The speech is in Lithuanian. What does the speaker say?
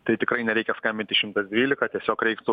tai tikrai nereikia skambinti šimtas dvylika tiesiog reiktų